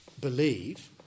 believe